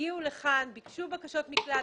הגיעו לכאן, ביקשו בקשות מקלט.